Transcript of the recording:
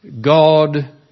God